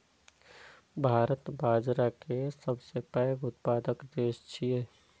भारत बाजारा के सबसं पैघ उत्पादक देश छियै